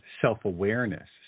self-awareness